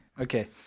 Okay